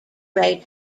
ray